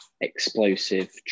explosive